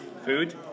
Food